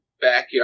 backyard